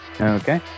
Okay